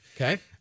Okay